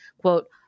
quote